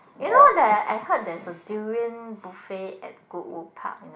you know that I heard there's a durian buffet at Goodwood Park you know